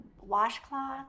washcloth